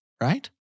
Right